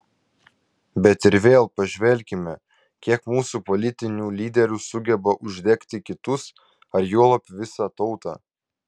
bet ir vėl pažvelkime kiek mūsų politinių lyderių sugeba uždegti kitus ar juolab visą tautą